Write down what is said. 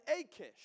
Achish